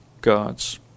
gods